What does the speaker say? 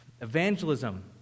Evangelism